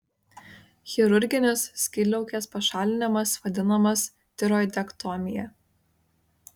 chirurginis skydliaukės pašalinimas vadinamas tiroidektomija